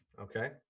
Okay